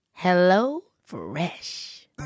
HelloFresh